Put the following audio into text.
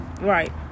Right